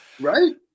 Right